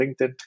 linkedin